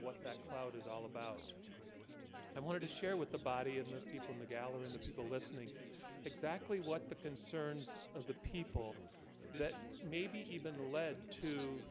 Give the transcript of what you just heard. what that cloud is all about i? wanted to share with the body and the people in the gallery and the people listening exactly what the concerns of the people that may be even led to